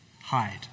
hide